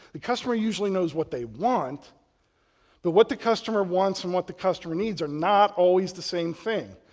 the customer usually knows what they want but what the customer wants from what the customer needs are not always the same thing.